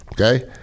Okay